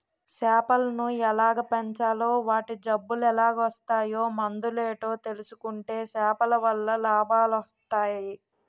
సేపలను ఎలాగ పెంచాలో వాటి జబ్బులెలాగోస్తాయో మందులేటో తెలుసుకుంటే సేపలవల్ల లాభాలొస్టయి